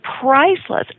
priceless